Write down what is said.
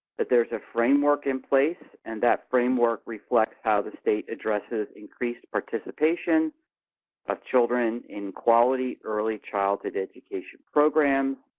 that there is a framework in place, and that framework reflects how the state addresses increased participation of children in quality early childhood education programs,